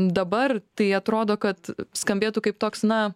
dabar tai atrodo kad skambėtų kaip toks na